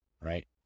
right